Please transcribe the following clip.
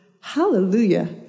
Hallelujah